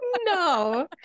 no